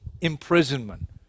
imprisonment